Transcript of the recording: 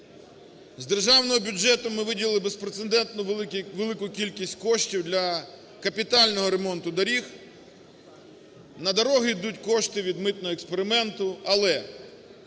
З державного бюджету ми виділили безпрецедентно велику кількість коштів для капітального ремонту доріг. На дороги йдуть кошти від митного експерименту, але